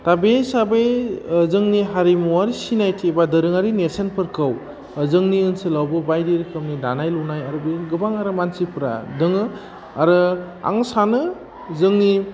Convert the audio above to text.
दा बे हिसाबै जोंनि हारिमुवारि सिनायथि बा दोरोङारि नेरसोनफोरखौ जोंनि ओनसोलावबो बायदि रोखोमनि दानाय लुनाय आरो बियो गोबां आरो मानसिफ्रा दोङो आरो आङो सानो जोंनि